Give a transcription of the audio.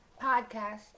podcast